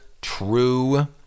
true